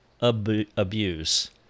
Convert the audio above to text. abuse